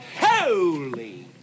Holy